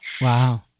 Wow